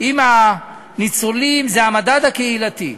עם הניצולים זה המדד הקהילתי.